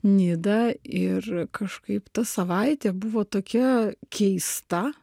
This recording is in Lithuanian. nidą ir kažkaip ta savaitė buvo tokia keista